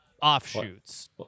offshoots